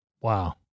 Wow